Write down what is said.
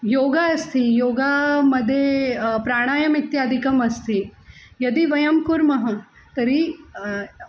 योगः अस्ति योगमध्ये प्राणायमः इत्यादिकम् अस्ति यदि वयं कुर्मः तर्हि